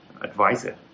advisor